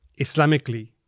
Islamically